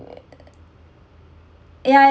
ya